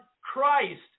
Christ